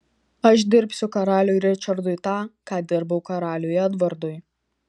aš dirbsiu karaliui ričardui tą ką dirbau karaliui edvardui